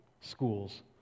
schools